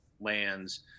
lands